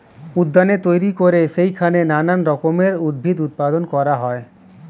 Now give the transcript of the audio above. উদ্যানে তৈরি করে সেইখানে নানান রকমের উদ্ভিদ উৎপাদন করা হয়